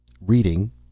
Reading